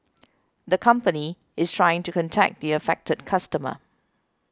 the company is trying to contact the affected customer